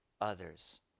others